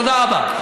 תודה רבה.